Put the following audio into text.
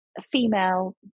female